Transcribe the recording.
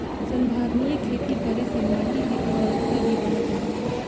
संधारनीय खेती करे से माटी के उर्वरकता भी बनल रहेला